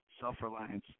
self-reliance